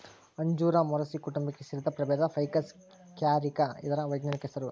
ಅಂಜೂರ ಮೊರಸಿ ಕುಟುಂಬಕ್ಕೆ ಸೇರಿದ ಪ್ರಭೇದ ಫೈಕಸ್ ಕ್ಯಾರಿಕ ಇದರ ವೈಜ್ಞಾನಿಕ ಹೆಸರು